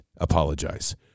apologize